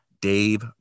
Dave